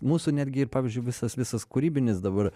mūsų netgi ir pavyzdžiui visas visas kūrybinis dabar